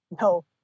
No